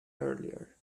earlier